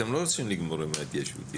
אתם לא רוצים לגמור עם ההתיישבותי.